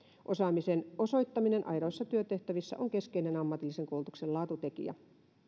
osaamisen osoittaminen aidoissa työtehtävissä on keskeinen ammatillisen koulutuksen laatutekijä